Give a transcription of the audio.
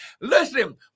Listen